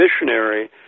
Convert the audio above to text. missionary